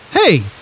Hey